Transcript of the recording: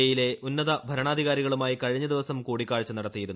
E യിലെ ഉന്നത ഭരണാധികാരികളുമായി കഴിഞ്ഞ ദിവസം കൂടിക്കാഴ്ച നടത്തിയിരുന്നു